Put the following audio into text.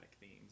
themes